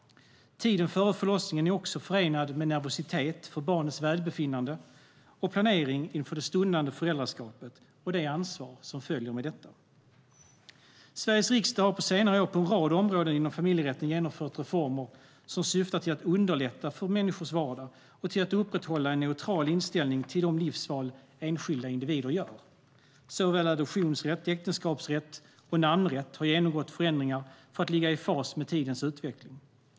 Tiden före förlossningen är också förenad med nervositet för barnets välbefinnande och planering inför det stundande föräldraskapet och det ansvar som följer med det. Sveriges riksdag har på senare år på en rad områden inom familjerätten genomfört reformer som syftar till att underlätta människors vardag och till att upprätthålla en neutral inställning till de livsval enskilda individer gör. Såväl adoptionsrätt, äktenskapsrätt som namnrätt har genomgått förändringar för att ligga i fas med tidens utveckling.